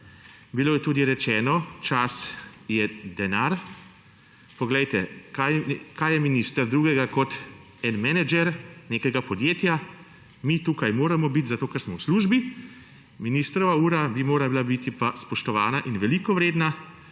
Bilo je tudi rečeno čas je denar. Poglejte, kaj je minister drugega kot menedžer nekega podjetja, mi tukaj moramo biti, zato ker smo v službi, ministrova ura bi morala biti pa spoštovana in veliko vredna.